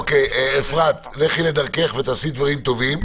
אוקיי, אפרת, לכי לדרכך, ותעשי דברים טובים.